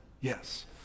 Yes